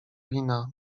wina